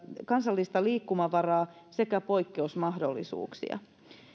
kansallista liikkumavaraa sekä poikkeusmahdollisuuksia